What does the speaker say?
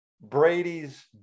Brady's